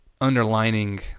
underlining